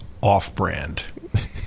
off-brand